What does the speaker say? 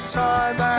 time